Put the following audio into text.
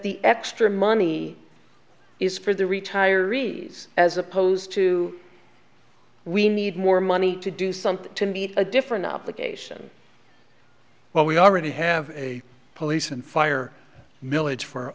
the extra money is for the retirees as opposed to we need more money to do something to meet a different obligation well we already have a police and fire milledge for